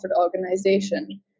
organization